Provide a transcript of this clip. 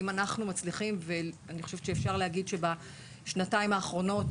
אני חושבת שאפשר להגיד שבשנתיים האחרונות,